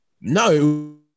no